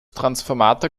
transformator